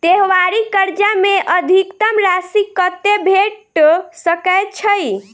त्योहारी कर्जा मे अधिकतम राशि कत्ते भेट सकय छई?